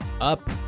up